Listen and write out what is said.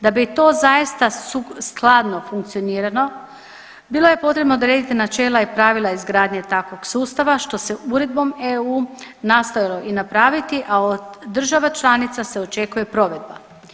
Da bi to zaista skladno funkcioniralo bilo je potrebno odrediti načela i pravila izgradnje takvog sustava što se uredbom EU nastojalo i napraviti, a od država članica se očekuje provedba.